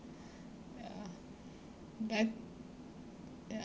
ya but ya